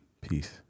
Peace